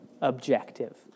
objective